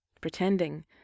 pretending